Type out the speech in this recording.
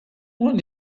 what